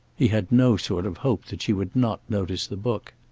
he had no sort of hope that she would not notice the book.